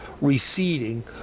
receding